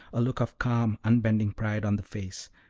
a look of calm, unbending pride on the face,